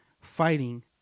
fighting